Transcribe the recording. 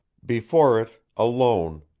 before it, alone,